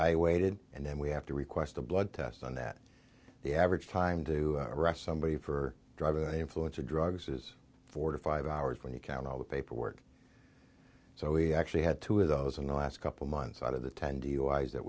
evaluated and then we have to request a blood test on that the average time do arrest somebody for driving the influence of drugs is four to five hours when you count all the paperwork so we actually had two of those in the last couple months out of the ten duis that